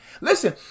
Listen